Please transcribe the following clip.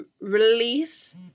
release